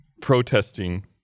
protesting